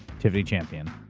tiffany champion,